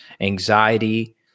anxiety